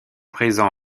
présent